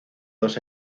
dos